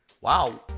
wow